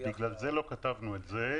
בגלל זה לא כתבנו את זה.